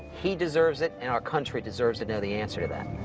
he deserves it, and our country deserves to know the answer to that.